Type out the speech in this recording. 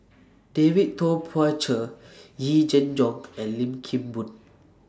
David Tay Poey Cher Yee Jenn Jong and Lim Kim Boon